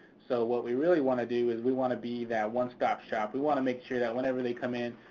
so what we really wanna do is we wanna be that one stop shop. we wanna make sure that whenever they come in,